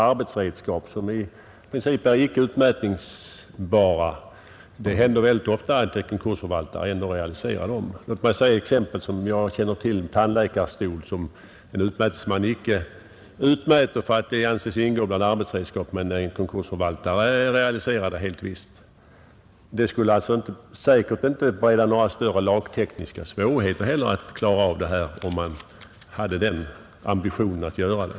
Arbetsredskap är i princip icke utmätningsbara, men det händer väldigt ofta att en konkursförvaltare ändå realiserar dem. Bland exempel som jag känner till kan jag nämna tandläkarstolar, som en utmätningsman icke utmäter därför att de anses ingå bland arbetsredskapen, men en konkursförvaltare realiserar dem helt visst. Det skulle säkert inte bereda några större lagtekniska svårigheter att klara av detta, om man hade ambitionen att göra det.